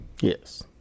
yes